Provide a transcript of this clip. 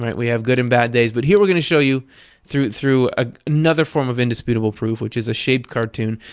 we have good and bad days. but here we're going to show you through through ah another form of indisputable proof, which is a shape cartoon,